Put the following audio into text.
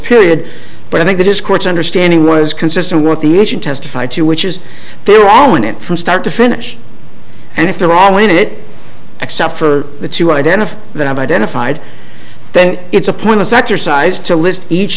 period but i think that is court's understanding was consistent with what the asian testified to which is they're all in it from start to finish and if they're all in it except for the to identify that identified then it's a pointless exercise to list each